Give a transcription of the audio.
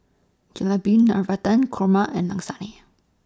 Jalebi Navratan Korma and Lasagne